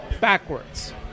backwards